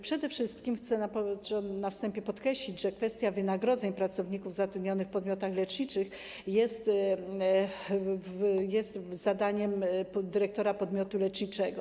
Przede wszystkim chcę na wstępie podkreślić, że kwestia wynagrodzeń pracowników zatrudnionych w podmiotach leczniczych jest zadaniem dyrektora podmiotu leczniczego.